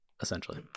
Essentially